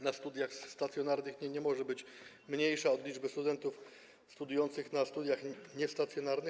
na studiach stacjonarnych nie może być mniejsza od liczby studentów studiujących na studiach niestacjonarnych.